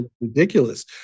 ridiculous